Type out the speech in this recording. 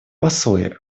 послы